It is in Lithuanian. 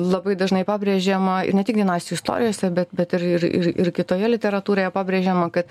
labai dažnai pabrėžiama ir ne tik dinastijų istorijose bet bet ir ir kitoje literatūroje pabrėžiama kad